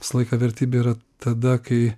visą laiką vertybė yra tada kai